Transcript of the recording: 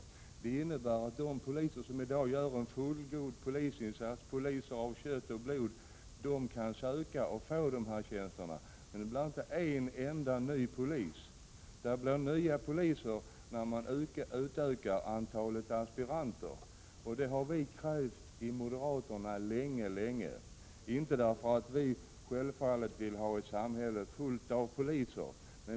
Det innebär att de poliser som i dag gör en fullgod polisinsats, poliser av kött och blod, kan söka och få dessa tjänster. Men det blir inte en enda ny polis. Det blir nya poliser när man utökar antalet aspiranter. Och det har vi från moderaterna krävt länge — självfallet inte för att vi vill ha ett samhälle fullt av poliser.